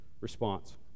response